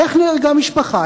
איך נהרגה משפחה?